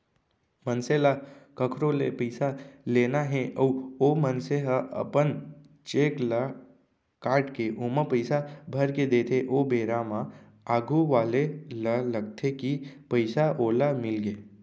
मनसे ल कखरो ले पइसा लेना हे अउ ओ मनसे ह अपन चेक ल काटके ओमा पइसा भरके देथे ओ बेरा म आघू वाले ल लगथे कि पइसा ओला मिलगे